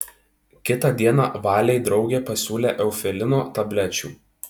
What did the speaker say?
kitą dieną valei draugė pasiūlė eufilino tablečių